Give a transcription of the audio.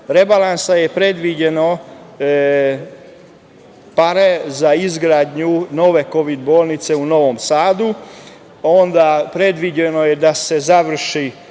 rebalansa su predviđene pare za izgradnju nove kovid-bolnice u Novom Sadu, predviđeno je da se završi